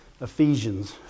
Ephesians